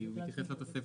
כי הוא מתייחס לתוספת.